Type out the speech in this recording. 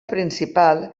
principal